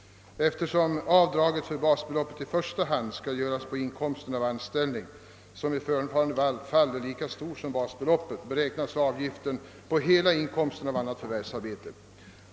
Eftersom avdraget för basbeloppet i första hand skall göras på inkomsten av anställning, som i detta fall är lika stor som basbeloppet, beräknas avgiften på hela inkomsten av annat förvärvsarbete.